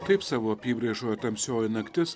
kaip savo apybraižoje tamsioji naktis